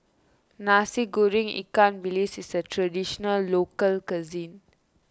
Nasi Goreng Ikan Bilis is a Traditional Local Cuisine